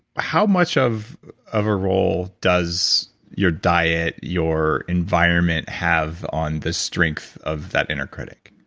how much of of a role does your diet, your environment, have on the strength of that inner critic?